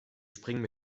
springen